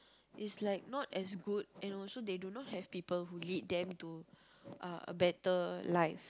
is like not as good and also they do not have people who lead them to uh a better life